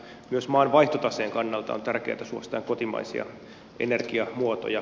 myös maan vaihtotaseen kannalta on tärkeää että suositaan kotimaisia energiamuotoja